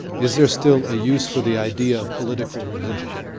is there still a use for the idea of political religion?